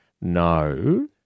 No